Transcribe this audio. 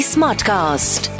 Smartcast